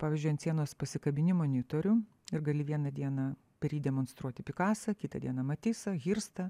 pavyzdžiui ant sienos pasikabini monitorių ir gali vieną dieną per jį demonstruoti pikasą kitą dieną matisą hirstą